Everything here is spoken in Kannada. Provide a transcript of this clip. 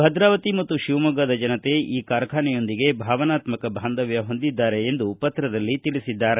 ಭದ್ರಾವತಿ ಮತ್ತು ಶಿವಮೊಗ್ಗದ ಜನತೆ ಈ ಕಾರ್ಖಾನೆಯೊಂದಿಗೆ ಭಾವನಾತ್ಮಕ ಬಾಂಧವ್ಯ ಹೊಂದಿದ್ದಾರೆ ಎಂದು ಪತ್ರದಲ್ಲಿ ತಿಳಿಸಿದ್ದಾರೆ